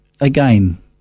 again